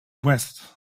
vest